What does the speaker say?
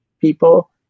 people